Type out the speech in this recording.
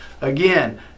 again